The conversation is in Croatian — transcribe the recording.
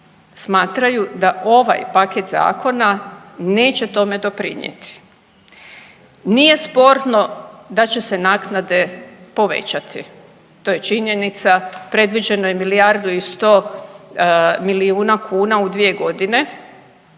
smatraju da ovaj paket zakona neće tome doprinijeti. Nije sporno da će se naknade povećati. To je činjenica. Predviđeno je milijardu i 100 milijuna kuna u 2 godine